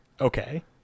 Okay